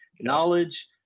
Knowledge